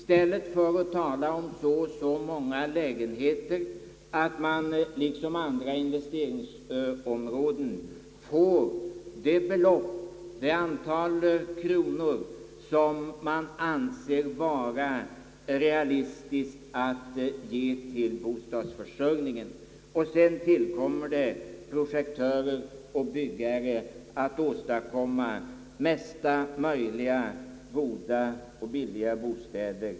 I stället för att tala om så och så många lägenheter bör man nog ge bostadsbyggandet liksom andra investeringsområden det belopp i kronor som det anses vara realistiskt att ge till bostadsförsörjningen. Sedan ankommer det på projektörer och bostadsbyggare att för de pengarna åstadkomma största möjliga antal goda och billiga bostäder.